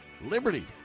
Liberty